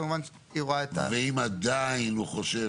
כמובן היא רואה --- ואם עדיין הוא חושב